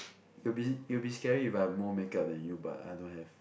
it'll be it'll be scary if I have more makeup than you but I don't have